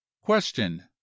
question